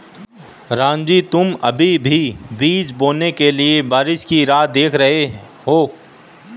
रामजी तुम अभी भी बीज बोने के लिए बारिश की राह देख रहे हो?